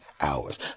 hours